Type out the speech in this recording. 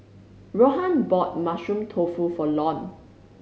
Rohan bought Mushroom Tofu for Lon